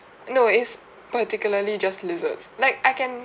no it's particularly just lizard like I can